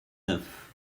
neuf